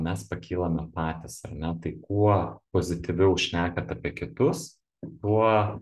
mes pakylame patys ar ne tai kuo pozityviau šnekat apie kitus tuo